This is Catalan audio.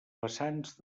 vessants